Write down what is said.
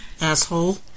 Asshole